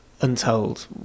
untold